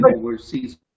overseas